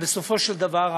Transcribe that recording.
ובסופו של דבר,